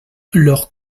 leur